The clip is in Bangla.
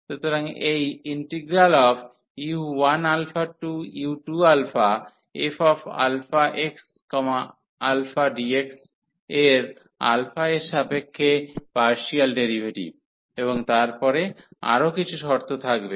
সুতরাং এই u1u2fxαdx এর α এর সাপেক্ষে পার্সিয়াল ডেরিভেটিভ এবং তারপরে আরও কিছু শর্ত থাকবে